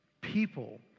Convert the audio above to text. people